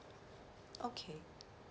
okay